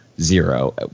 Zero